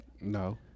No